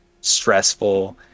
stressful